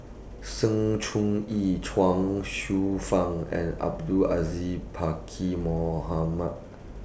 Sng Choon Yee Chuang Hsueh Fang and Abdul Aziz Pakkeer Mohamed